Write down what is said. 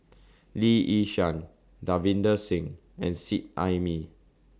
Lee Yi Shyan Davinder Singh and Seet Ai Mee